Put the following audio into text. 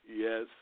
Yes